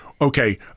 okay